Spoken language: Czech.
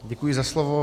Děkuji za slovo.